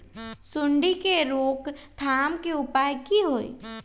सूंडी के रोक थाम के उपाय का होई?